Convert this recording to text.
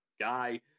guy